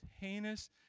heinous